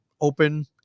open